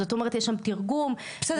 זאת אומרת יש שם תרגום --- בסדר,